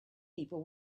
people